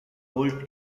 built